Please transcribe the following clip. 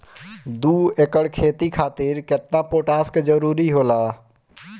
दु एकड़ खेती खातिर केतना पोटाश के जरूरी होला?